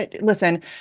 Listen